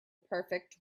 perfect